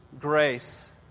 grace